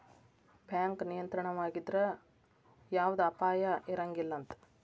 bank ನಿಯಂತ್ರಣದಾಗಿದ್ರ ಯವ್ದ ಅಪಾಯಾ ಇರಂಗಿಲಂತ್